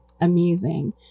amazing